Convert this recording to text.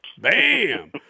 Bam